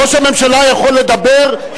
ראש הממשלה יכול לדבר,